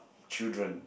children